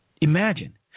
Imagine